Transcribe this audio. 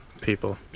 people